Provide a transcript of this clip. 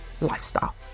Lifestyle